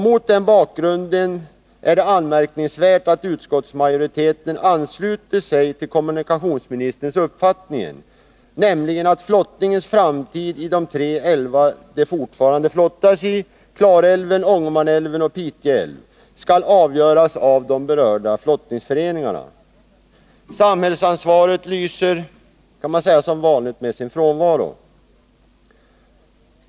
Mot den bakgrunden är det anmärkningsvärt att utskottsmajoriteten anslutit sig till kommunikationsministerns uppfattning, nämligen att flottningens framtid i de tre älvar det fortfarande flottas i — Klarälven, Ångermanälven och Pite älv — skall avgöras av de berörda flottningsföreningarna. Samhällsansvaret lyser som vanligt med sin frånvaro.